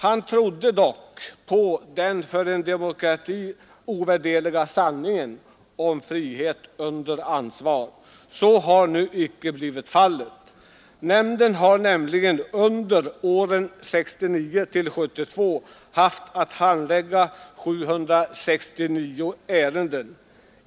Han trodde dock att utvecklingen skulle kännetecknas av den för en demokrati ovärderliga san ningen: frihet under ansvar. Så har nu icke blivit fallet. Nämnden har under åren 1969—1972 haft att handlägga 769 ärenden.